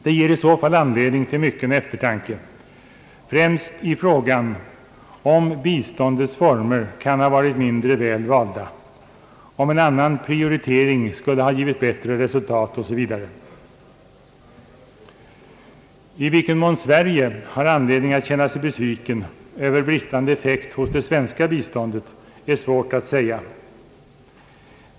Det 'ger i så fall anledning till mycken ef tertanke — främst i fråga om biståndets former kan ha varit mindre väl valda, om en annan prioritering skulle kunna ge bättre resultat osv. I vilken mån vi i Sverige har anledning att känna oss besvikna över bristande effekt hos det svenska biståndet är svårt att säga.